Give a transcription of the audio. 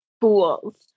fools